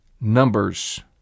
Numbers